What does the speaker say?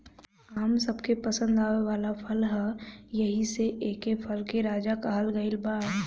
आम सबके पसंद आवे वाला फल ह एही से एके फल के राजा कहल गइल बा